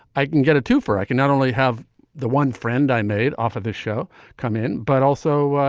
i can get a two for i can not only have the one friend i made off of the show come in, but also,